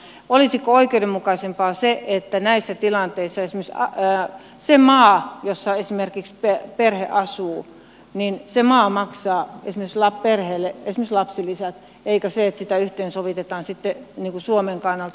olisiko oikeudenmukaisempaa se että näissä tilanteissa se maa jossa esimerkiksi perhe asuu maksaa perheelle esimerkiksi lapsilisät eikä se että sitä yhteensovitetaan sitten suomen kannalta